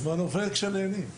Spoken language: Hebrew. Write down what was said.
הזמן עובר כשנהנים.